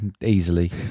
easily